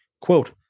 Quote